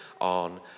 on